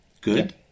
good